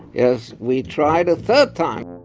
yes, we tried a third time